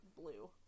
blue